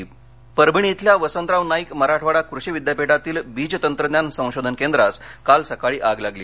आग परभणी परभणी इथल्या वसंतराव नाईक मराठवाडा कृषि विद्यापीठातील बीज तंत्रज्ञान संशोधन केंद्रास काल सकाळी आग लागली